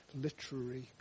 literary